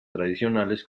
tradicionales